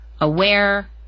aware